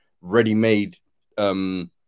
ready-made